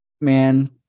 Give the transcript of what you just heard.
man